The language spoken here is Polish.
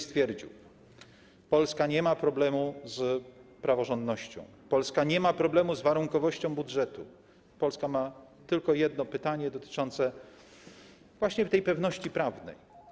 Stwierdził: Polska nie ma problemu z praworządnością, Polska nie ma problemu z warunkowością budżetu, Polska ma tylko jedno pytanie, dotyczące właśnie tej pewności prawnej.